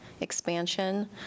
expansion